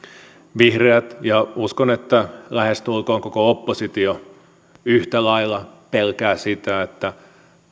vihreät ja uskon että lähestulkoon koko oppositio yhtä lailla pelkäävät sitä että